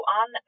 on